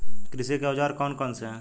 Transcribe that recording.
कृषि के औजार कौन कौन से हैं?